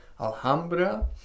Alhambra